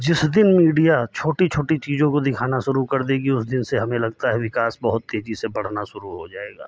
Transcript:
जिस दिन मीडिया छोटी छोटी चीज़ों को दिखाना शुरू कर देगी उस दिन से हमें लगता है विकास बहुत तेजी से बढ़ना शुरू हो जायेगा